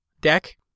deck